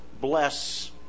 bless